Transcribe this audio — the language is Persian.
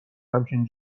همچین